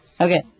okay